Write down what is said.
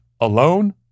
Alone